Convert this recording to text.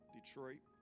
Detroit